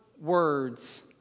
words